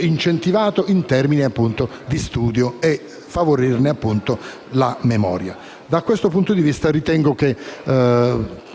incentivato per favorirne la memoria. Da questo punto di vista, ritengo che